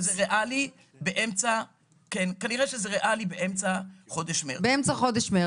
כנראה שזה ריאלי באמצע חודש מרץ.